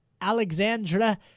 Alexandra